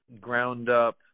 ground-up